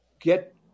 get